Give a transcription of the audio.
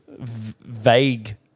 vague